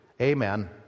Amen